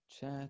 Chat